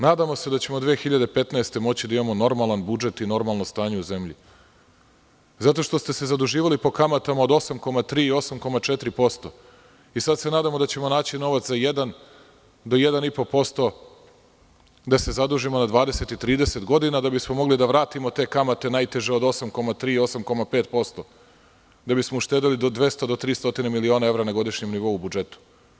Nadamo se da ćemo 2015. godine moći da imamo normalan budžet i normalno stanje u zemlji, a sve zato što ste se zaduživali po kamatama od 8,3% i 8,4% i sada se nadamo da ćemo naći novac do 1,5% da se zadužimo na 20, 30 godina da bismo mogli da vratimo te kamate najteže od 8,3% i 8,5%, da bismo uštedeli 200 do 300 miliona evra na godišnjem nivou u budžetu.